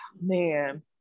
man